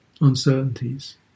uncertainties